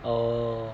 err